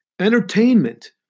Entertainment